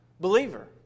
believer